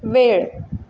वेळ